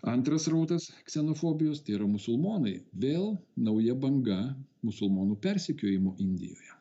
antras srautas ksenofobijos tai yra musulmonai vėl nauja banga musulmonų persekiojimo indijoje